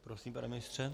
Prosím, pane ministře.